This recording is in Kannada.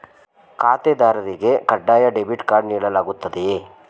ಖಾತೆದಾರರಿಗೆ ಕಡ್ಡಾಯ ಡೆಬಿಟ್ ಕಾರ್ಡ್ ನೀಡಲಾಗುತ್ತದೆಯೇ?